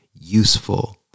useful